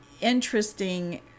interesting